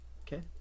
Okay